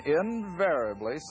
invariably